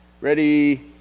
Ready